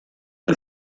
the